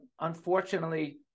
unfortunately